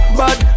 bad